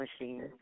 machine